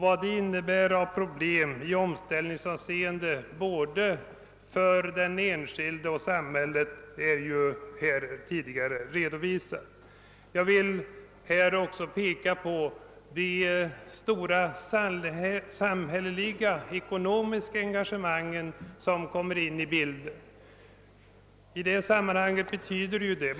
Vad det medför av problem i omställningshänseende både för den enskilde och för samhället har här tidigare redovisats. Jag vill också peka på de stora samhälleliga engagemang i ekonomiskt avseende som kommer in i bilden.